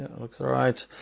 looks all right.